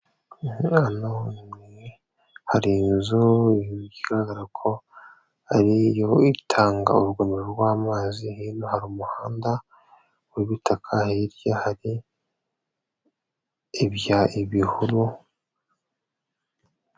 Umwana hari inzu igaragara ko ari yo itanga urugomero rw'amazihino, hari umuhanda wibitaka hirya hari ibihuru.